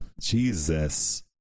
Jesus